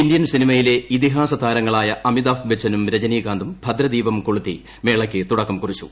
Indian സിനിമയിലെ ഇതിഹാസതാരങ്ങളായ അമിതാഭ് ബച്ചനും രജനീകാന്തും ഭദ്രദീപം കൊളുത്തി മേളയ്ക്ക് തുടക്കം കുറിച്ചു